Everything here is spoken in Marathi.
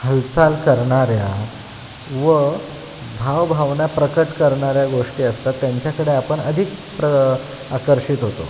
हालचाल करणाऱ्या व भावभावना प्रकट करणाऱ्या गोष्टी असतात त्यांच्याकडे आपण अधिक प्र आकर्षित होतो